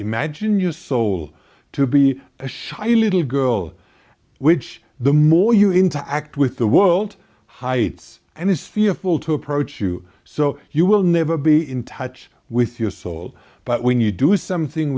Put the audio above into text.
imagine you saw to be a shy little girl which the more you interact with the world heights and is fearful to approach you so you will never be in touch with your soul but when you do something